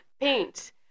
paint